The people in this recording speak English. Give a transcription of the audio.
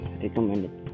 recommended